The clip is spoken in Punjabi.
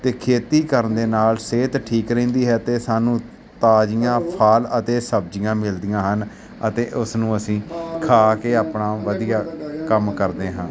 ਅਤੇ ਖੇਤੀ ਕਰਨ ਦੇ ਨਾਲ ਸਿਹਤ ਠੀਕ ਰਹਿੰਦੀ ਹੈ ਅਤੇ ਸਾਨੂੰ ਤਾਜ਼ੀਆਂ ਫ਼ਲ ਅਤੇ ਸਬਜ਼ੀਆਂ ਮਿਲਦੀਆਂ ਹਨ ਅਤੇ ਉਸਨੂੰ ਅਸੀਂ ਖਾ ਕੇ ਆਪਣਾ ਵਧੀਆ ਕੰਮ ਕਰਦੇ ਹਾਂ